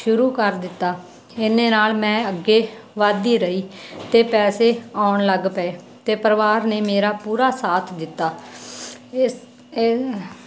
ਸ਼ੁਰੂ ਕਰ ਦਿੱਤਾ ਇੰਨੇ ਨਾਲ ਮੈਂ ਅੱਗੇ ਵਧਦੀ ਰਹੀ ਅਤੇ ਪੈਸੇ ਆਉਣ ਲੱਗ ਪਏ ਅਤੇ ਪਰਿਵਾਰ ਨੇ ਮੇਰਾ ਪੂਰਾ ਸਾਥ ਦਿੱਤਾ ਇਸ ਇਹ